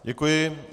Děkuji.